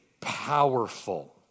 powerful